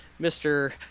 Mr